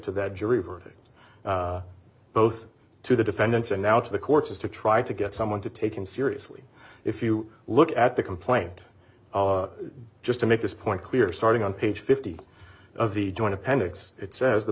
to that jury verdict both to the defendants and now to the courts is to try to get someone to take him seriously if you look at the complaint just to make this point clear starting on page fifty of the joint appendix it says the